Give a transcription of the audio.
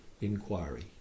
inquiry